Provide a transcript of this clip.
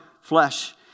flesh